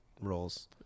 roles